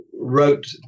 wrote